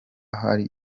hari